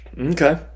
Okay